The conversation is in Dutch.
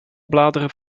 bladeren